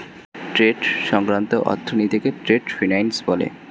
trade সংক্রান্ত অর্থনীতিকে trade finance বলে